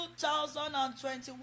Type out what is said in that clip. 2021